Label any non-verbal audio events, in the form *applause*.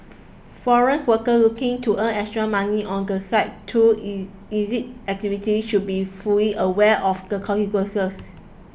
foreign workers looking to earn extra money on the side through *unintelligible* illicit activities should be fully aware of the consequences